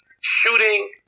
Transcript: Shooting